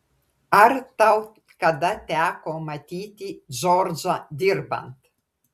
ar tau kada teko matyti džordžą dirbant